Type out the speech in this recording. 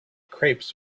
crepes